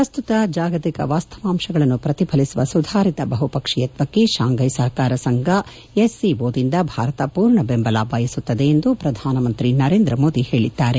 ಪ್ರಸ್ತುತದ ಜಾಗತಿಕ ವಾಸ್ತವಾಂಶಗಳನ್ನು ಪ್ರತಿಫಲಿಸುವ ಸುಧಾರಿತ ಬಹುಪಕ್ಷೀಯಶ್ವಕ್ಷೆ ಶಾಂಫೈ ಸಪಕಾರ ಸಂಘ ಎಸ್ಸಿಒದಿಂದ ಭಾರತ ಪೂರ್ಣ ಬೆಂಬಲ ಬಯಸುತ್ತದೆ ಎಂದು ಪ್ರಧಾನಮಂತ್ರಿ ನರೇಂದ್ರ ಮೋದಿ ಹೇಳಿದ್ದಾರೆ